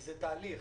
זה תהליך.